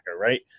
right